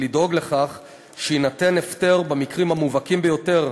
לדאוג לכך שיינתן הפטר במקרים המובהקים ביותר,